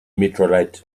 meteorite